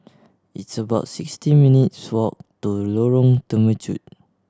it's about sixty minutes' walk to Lorong Temechut